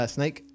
Snake